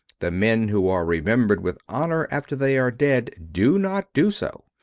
the men who are remembered with honor after they are dead do not do so!